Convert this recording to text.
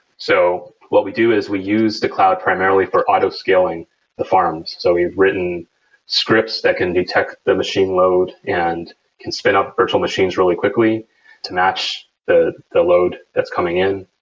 so what we do is we use the cloud primary for auto scaling the farms. so we've written scripts that can detect the machine load and can spin up virtual machines really quickly to match the the load that's coming in.